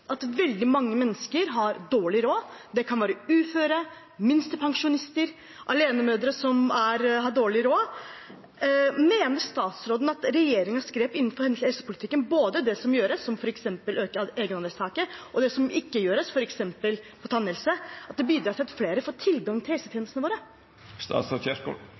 at veldig mange mennesker har dårlig råd – det kan være uføre, minstepensjonister eller alenemødre som har dårlig råd – mener statsråden at regjeringens grep innenfor helsepolitikken, både det som gjøres, som f.eks. å øke egenandelstaket, og det som ikke gjøres, f.eks. med tannhelse, bidrar til at flere får tilgang til